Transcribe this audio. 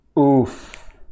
Oof